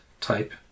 type